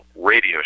radio